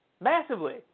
Massively